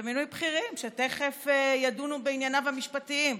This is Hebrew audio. זה מינוי בכירים שתכף ידונו בענייניו המשפטיים.